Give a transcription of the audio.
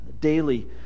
Daily